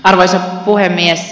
arvoisa puhemies